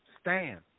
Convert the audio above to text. Stand